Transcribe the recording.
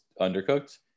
undercooked